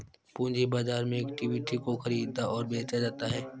पूंजी बाजार में इक्विटी को ख़रीदा और बेचा जाता है